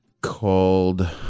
called